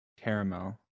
caramel